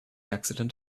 accident